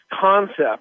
concept